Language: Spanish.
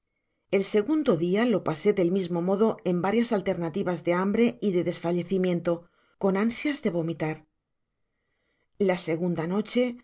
el segundo dia lo pasé del mismo modo en varias alternativas de hambre y de desfallecimiento con ansias de vomitar la segunda noche